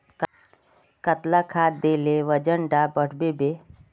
कतला खाद देले वजन डा बढ़बे बे?